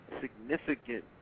significant